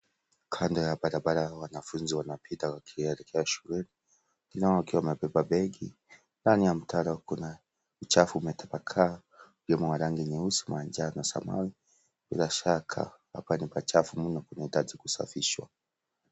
Kando ya barabara wanafunzi wanapita wakielekea shuleni wengine wamebeba begi ndani ya mtaro kuna uchafu umetapakaa uliomo wa rangi nyeusi manjano samawi bila shaka hapa ni pachafu mno kunahitaji kusafishwa.